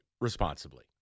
responsibly